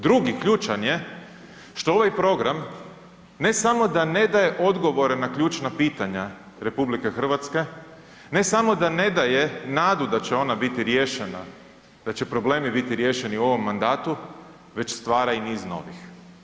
Drugi ključan je što ovaj program ne samo da ne daje odgovore na ključna pitanja RH, ne samo da ne daje nadu da će ona biti riješena, da će problemi biti riješeni u ovom mandatu, već stvara i niz novih.